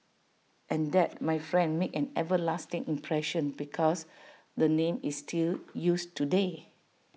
and that my friend made an everlasting impression because the name is still used today